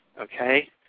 okay